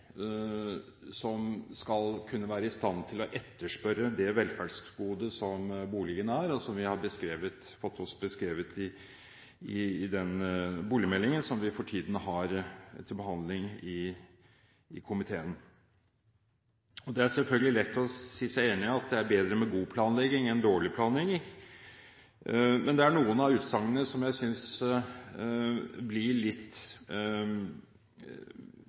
som skal kunne være i stand til å etterspørre det velferdsgodet som boligen er, som vi har fått beskrevet i boligmeldingen som vi for tiden har til behandling i komiteen. Det er selvfølgelig lett å si seg enig i at det er bedre med god planlegging enn dårlig planlegging, men det er noen av utsagnene jeg